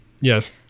Yes